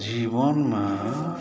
जीवनमे